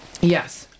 Yes